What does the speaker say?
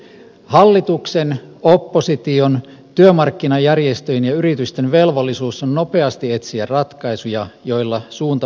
hallituksen opposition työmarkkinajärjestöjen ja yritysten velvollisuus on nopeasti etsiä ratkaisuja joilla suunta muuttuu